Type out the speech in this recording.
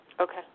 Okay